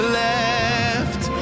left